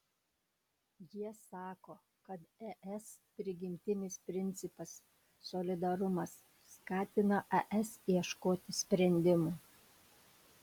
jie sako kad es prigimtinis principas solidarumas skatina es ieškoti sprendimų